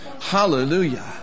Hallelujah